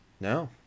no